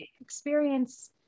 experience